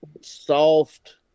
soft